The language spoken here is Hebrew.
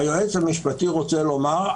היועץ המשפטי רוצה לומר: